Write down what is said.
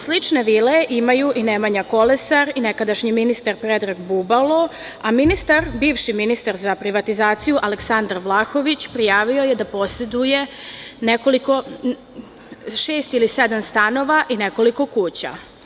Slične vile imaju i Nemanja Kolesar i nekadašnji ministar Predrag Bubalo, a bivši ministar za privatizaciju Aleksandar Vlahović prijavio je da poseduje šest ili sedam stanova i nekoliko kuća.